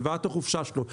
הלוואת החופשה שלו,